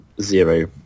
Zero